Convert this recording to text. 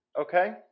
okay